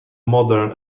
modern